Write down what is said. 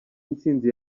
intsinzi